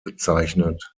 bezeichnet